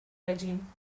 regime